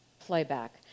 playback